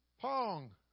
Pong